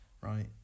right